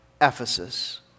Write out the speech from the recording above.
Ephesus